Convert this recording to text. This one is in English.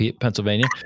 Pennsylvania